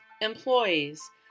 employees